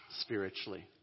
spiritually